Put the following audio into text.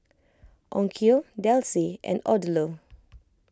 Onkyo Delsey and Odlo